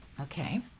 Okay